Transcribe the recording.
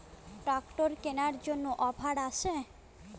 Tractor কেনার জন্য offer আছে?